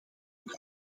ook